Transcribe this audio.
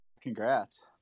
Congrats